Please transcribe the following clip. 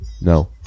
No